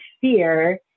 fear